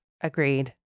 Agreed